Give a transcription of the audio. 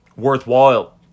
worthwhile